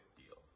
deal